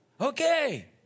Okay